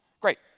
Great